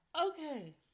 Okay